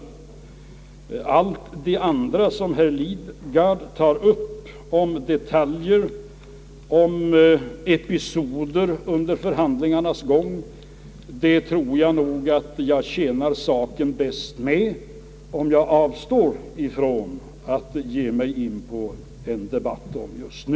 Beträffande allt det andra, som herr Lidgard tar upp, om detaljer och episoder un der förhandlingarnas gång, tror jag att jag tjänar saken bäst, om jag avstår från att ge mig in på en debatt därom just nu.